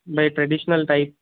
ॿई traditional type